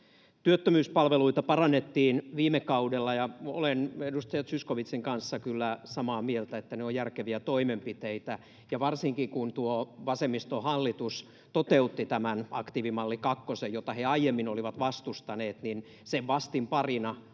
Työttömyyspalveluita parannettiin viime kaudella, ja olen edustaja Zyskowiczin kanssa kyllä samaa mieltä, että ne ovat järkeviä toimenpiteitä. Ja varsinkin kun tuo vasemmistohallitus toteutti tämän aktiivimalli kakkosen, jota he aiemmin olivat vastustaneet, niin sen vastinparina